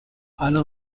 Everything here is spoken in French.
alain